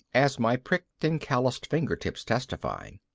as my pricked and calloused fingertips testify.